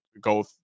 go